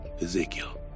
Ezekiel